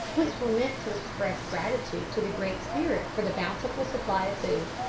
which were meant to express gratitude to the great spirit for the bountiful supply of food.